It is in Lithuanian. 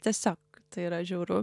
tiesiog tai yra žiauru